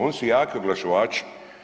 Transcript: Oni su jaki oglašivači.